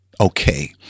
okay